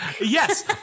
yes